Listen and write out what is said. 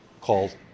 called